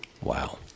Wow